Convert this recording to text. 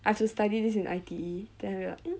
I have to study this in I_T_E then I like